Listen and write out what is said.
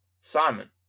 Simon